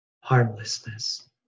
harmlessness